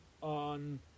On